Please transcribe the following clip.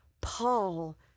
Paul